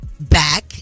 back